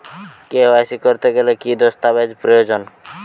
KYC করতে কি দস্তাবেজ প্রয়োজন?